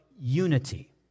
unity